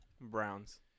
Browns